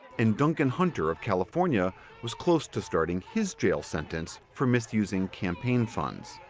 and duncan hunter of california was close to starting his jail sentence for misusing campaign funds.